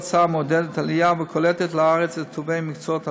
ההצעה מעודדת עלייה וקולטת לארץ את טובי האנשים במקצועות הבריאות,